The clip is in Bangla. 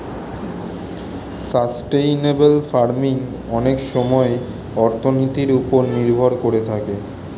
সাস্টেইনেবল ফার্মিং অনেক সময়ে অর্থনীতির ওপর নির্ভর করে থাকে